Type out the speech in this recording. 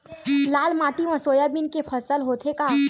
लाल माटी मा सोयाबीन के फसल होथे का?